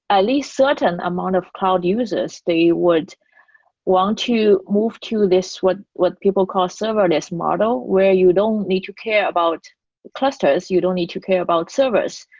a least certain amount of cloud users, they would want to move to this what what people call serverless model where you don't need to care about clusters. you don't need to care about servers.